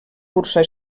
cursar